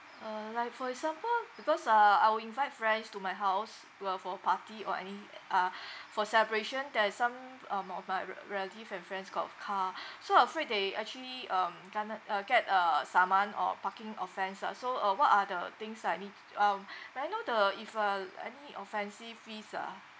uh like for example because uh I will invite friends to my house where for a party or any uh for celebration there is some um of my re~ relative and friends got car so afraid they actually um going to uh get uh saman or parking offence lah so uh what are the things I need um may I know the if uh any offensive fees ah